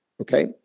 okay